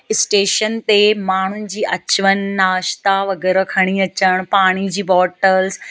station ते माण्हुनि जी अचुवञु नाश्ता वग़ैरह खणी अचणु पाणी जी बॉटल्स